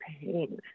pain